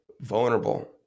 vulnerable